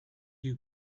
you